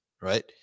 right